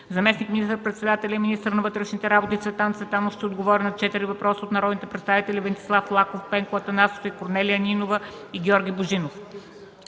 Заместник министър-председателят и министър на вътрешните работи Цветан Цветанов ще отговори на четири въпроса от народните представители Венцислав Лаков, Пенко Атанасов, Корнелия Нинова, и Георги Божинов.